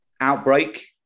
Outbreak